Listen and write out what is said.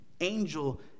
angel